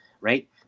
right